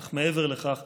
אך מעבר לכך,